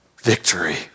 victory